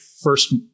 first